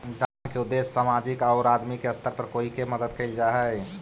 दान के उद्देश्य सामाजिक औउर आदमी के स्तर पर कोई के मदद कईल जा हई